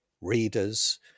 readers